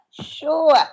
Sure